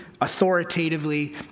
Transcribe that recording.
authoritatively